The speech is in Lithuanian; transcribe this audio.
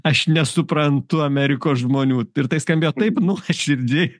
aš nesuprantu amerikos žmonių ir tai skambėjo taip nuoširdiai